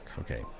Okay